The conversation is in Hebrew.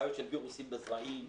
בעיות של וירוסים בזרעים,